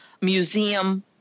museum